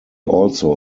also